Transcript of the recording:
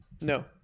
No